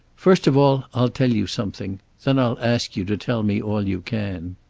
first of all, i'll tell you something. then i'll ask you to tell me all you can.